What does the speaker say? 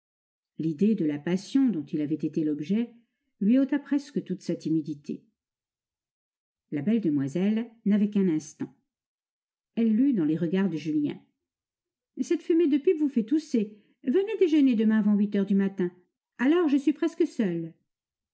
l'idée de la passion dont il avait été l'objet lui ôta presque toute sa timidité la belle demoiselle n'avait qu'un instant elle lut dans les regards de julien cette fumée de pipe vous fait tousser venez déjeuner demain avant huit heures du matin alors je suis presque seule